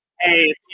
hey